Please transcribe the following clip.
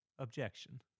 Objection